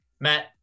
Matt